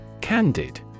Candid